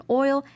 oil